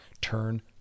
Turn